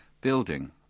building